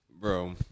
Bro